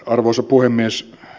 arvoisa puhemies